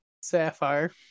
Sapphire